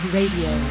Radio